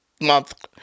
month